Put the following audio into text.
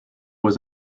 was